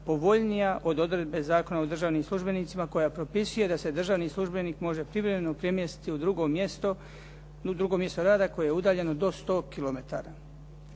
povoljnija od odredbe Zakona o državnim službenicima koja propisuje da se državni službenik može privremeno premjestiti u drugo mjesto rada koje je udaljeno do 100 km.